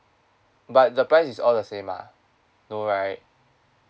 but the price is all the same ah no right